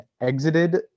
exited